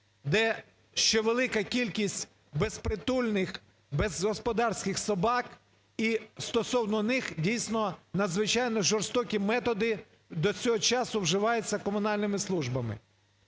де ще велика кількість безпритульних, безгосподарських собак і стосовно них дійсно, надзвичайно жорстокі методи до цього часу вживаються комунальними службами.